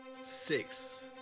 Six